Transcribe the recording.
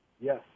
Yes